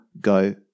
go